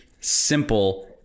simple